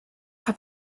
have